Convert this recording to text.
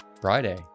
friday